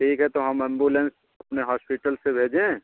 ठीक है तो हम एंबुलेंस अपने हॉस्पिटल से भेजें